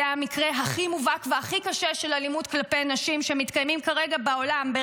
זה המקרה הכי מובהק והכי קשה של אלימות כלפי נשים שמתקיים בעולם כרגע,